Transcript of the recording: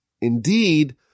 indeed